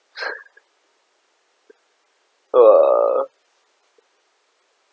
uh